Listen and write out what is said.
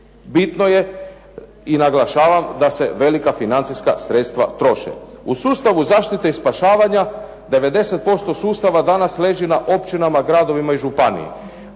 bitno je i naglašavam da se velika financijska sredstva troše. U sustavu zaštite i spašavanja 90% sustava leži danas na općinama, gradovima i županiji.